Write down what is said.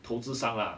投资商 lah